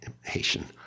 Haitian